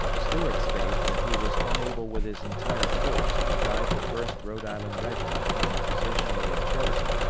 stuart states that he was unable with his entire force to drive the first rhode island regiment from a position it had chosen,